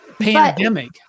pandemic